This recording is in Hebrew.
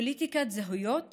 פוליטיקת זהויות